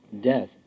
death